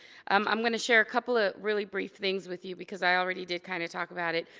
um i'm gonna share a couple of really brief things with you, because i already did kind of talk about it.